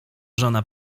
żona